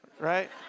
right